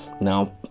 now